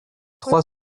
trois